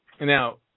Now